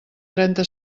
trenta